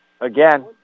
Again